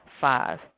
five